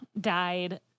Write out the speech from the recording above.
died